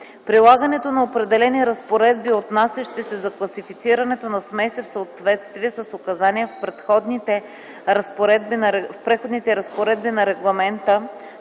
Прилагането на определени разпоредби, отнасящи се за класифицирането на смеси, в съответствие с указания в Преходните разпоредби на регламента